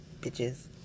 bitches